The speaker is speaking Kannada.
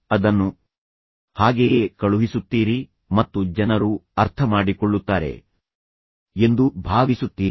ನೀವು ಅದನ್ನು ಹಾಗೆಯೇ ಕಳುಹಿಸುತ್ತೀರಿ ಮತ್ತು ಜನರು ಅರ್ಥಮಾಡಿಕೊಳ್ಳುತ್ತಾರೆ ಎಂದು ಭಾವಿಸುತ್ತೀರಿ